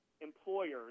employers